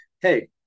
hey